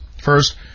First